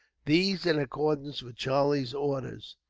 these, in accordance with charlie's orders,